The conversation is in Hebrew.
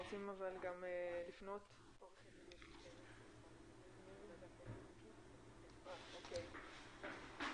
לצערנו.